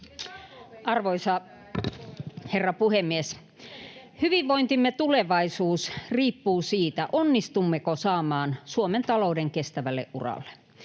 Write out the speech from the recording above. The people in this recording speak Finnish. Arvoisa herra puhemies! Hyvinvointimme tulevaisuus riippuu siitä, onnistummeko saamaan Suomen talouden kestävälle uralle.